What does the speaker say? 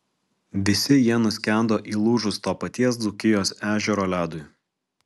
visi jie nuskendo įlūžus to paties dzūkijos ežero ledui